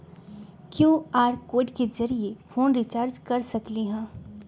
QR code के जरिय phone recharge कर सकली ह?